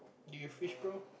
do you fish bro